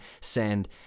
send